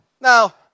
now